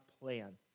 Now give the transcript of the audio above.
plan